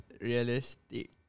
realistic